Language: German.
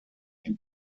die